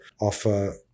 offer